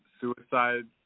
Suicide